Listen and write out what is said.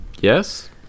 Yes